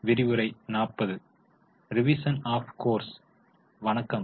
வணக்கம்